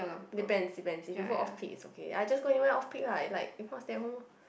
depends depends if you go off peak is okay !aiya! just go anywhere off peak lah like if not stay at home